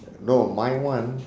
no my one